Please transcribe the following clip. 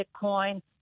Bitcoin